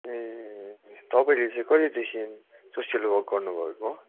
ए तपाईँले चाहिँ कहिलेदेखि सोसियल वर्क गर्नु भएको